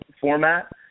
format